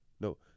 No